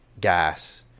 gas